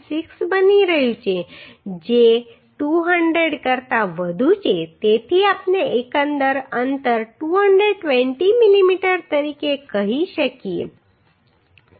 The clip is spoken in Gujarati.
6 બની રહ્યું છે જે 200 કરતાં વધુ છે તેથી આપણે એકંદર અંતર 220 mm તરીકે કહી શકીએ